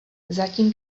zatím